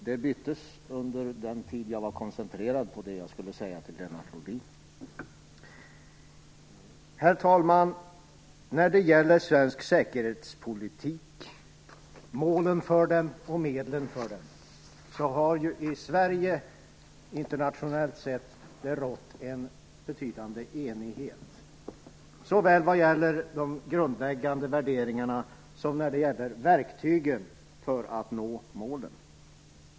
Det har vid en internationell jämförelse i Sverige rått en betydande enighet vad gäller målen och medlen för säkerhetspolitiken. Det gäller såväl de grundläggande värderingarna som verktygen för att nå målen.